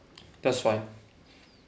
that's fine